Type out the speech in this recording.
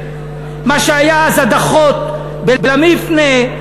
מה שהיה אז הדחות ב"למפנה".